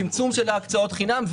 צמצום של הקצאות החינם,